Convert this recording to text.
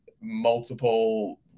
multiple